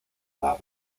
edad